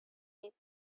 with